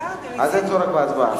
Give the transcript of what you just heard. אז אין צורך בהצבעה.